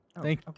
Thank